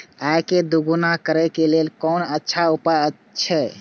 आय के दोगुणा करे के लेल कोन अच्छा उपाय अछि?